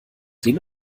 den